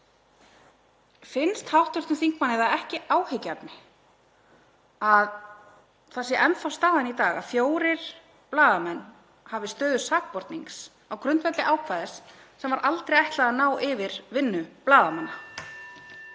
Finnst hv. þingmanni það ekki áhyggjuefni að það sé enn þá staðan í dag að fjórir blaðamenn hafi stöðu sakbornings á grundvelli ákvæðis sem var aldrei ætlað að ná yfir vinnu blaðamanna?